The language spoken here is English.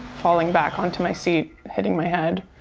falling back onto my seat, hitting my head